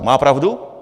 Má pravdu?